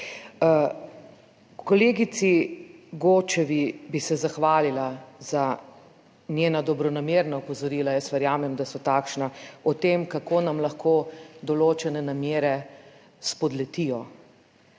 Kolegici Godčevi bi se zahvalila za njena dobronamerna opozorila. Jaz verjamem, da so takšna, o tem, kako nam lahko določene namere spodletijo,